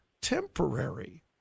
temporary